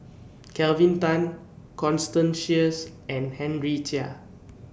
Kelvin Tan Constance Sheares and Henry Chia